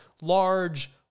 large